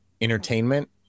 entertainment